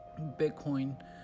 Bitcoin